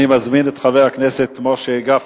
אני מזמין את חבר הכנסת משה גפני.